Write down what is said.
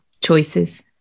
choices